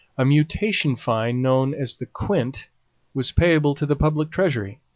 a mutation fine known as the quint was payable to the public treasury.